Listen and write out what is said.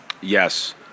Yes